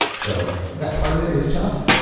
so that part of it is tough.